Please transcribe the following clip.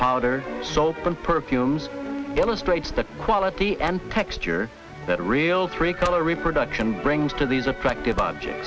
powder soap and perfumes illustrates the quality and texture that real tree color reproduction brings to these attractive object